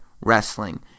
wrestling